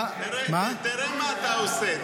בא --- תראה מה אתה עושה.